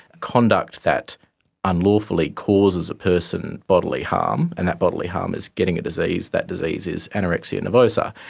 conduct that unlawfully causes a person bodily harm and that bodily harm is getting a disease, that disease is anorexia nervosa,